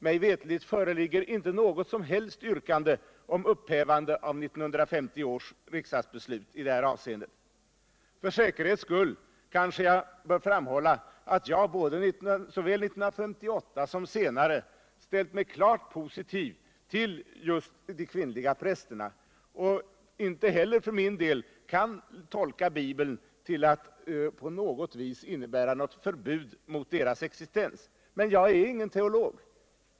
Mig veterligt föreligger inte något som helst yrkande om upphiivande av 1958 års riksdagsbeslut i detta avseende. För säkerhets skull kanske jag bör framhålla att jag såväl 1958 som senare ställt mig klart positiv till just de kvinnliga prästerna och inte för min del kan tolka Bibeln till att på något sätt innebära förbud mot deras existens. Men jag är ingen teolog.